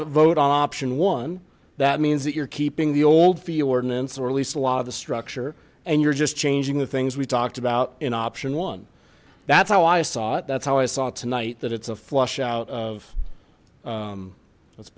to vote on option one that means that you're keeping the old feel ordinance or at least a lot of the structure and you're just changing the things we talked about in option one that's how i saw it that's how i saw tonight that it's a flush out